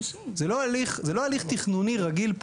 זה לא הליך תכנוני רגיל,